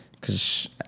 Cause